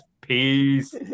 Peace